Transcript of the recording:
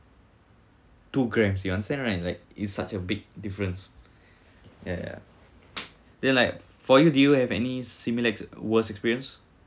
two grams you understand right it's like it's such a big difference ya ya then like for you do you have any similar ex~ worst experience